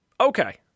Okay